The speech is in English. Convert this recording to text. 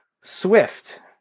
Swift